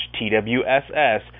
TWSS